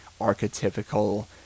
archetypical